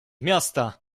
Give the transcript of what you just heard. miasta